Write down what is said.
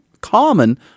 common